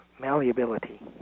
malleability